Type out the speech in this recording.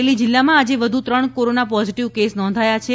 અમરેલી જીલ્લામાં આજે વધુ ત્રણ કોરોના પોઝીટીવ કેસ નોંધાયા છે